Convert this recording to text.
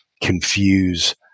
confuse